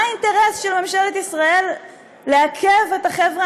מה האינטרס של ממשלת ישראל לעכב את החבר'ה